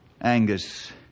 Angus